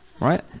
right